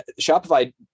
Shopify